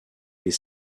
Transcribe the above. les